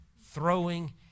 throwing